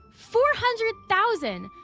four hundred thousand!